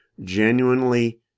genuinely